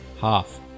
Half